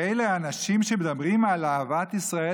אלה האנשים שמדברים על אהבת ישראל?